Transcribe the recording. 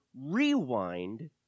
rewind